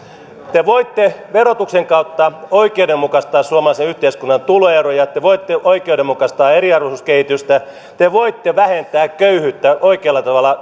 te voitte verotuksen kautta oikeudenmukaistaa suomalaisen yhteiskunnan tuloeroja te voitte oikeudenmukaistaa eriarvoisuuskehitystä te voitte vähentää köyhyyttä oikealla tavalla